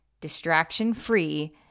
distraction-free